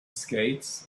skates